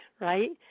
right